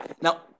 Now